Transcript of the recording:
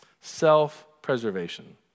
Self-preservation